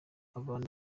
abantu